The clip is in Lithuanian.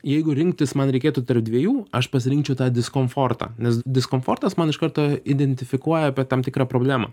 jeigu rinktis man reikėtų tarp dviejų aš pasirinkčiau tą diskomfortą nes diskomfortas man iš karto identifikuoja apie tam tikrą problemą